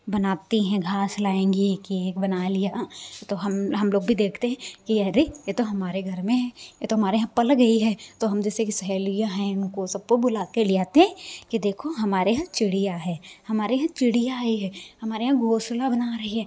बनाती हैं घास लाऍंगी एक एक बना लिया तो हम हम लोग भी देखते हैं कि अरे ये तो हमारे घर में है ये तो हमारे यहाँ पल गई है तो हम जैसे कि सहेलियाँ हैं उनको सबको बुला के लि आते हैं कि देखो हमारे यहाँ चिड़िया है हमारे यहाँ चिड़िया आई है हमारे यहाँ घोंसला बना रही है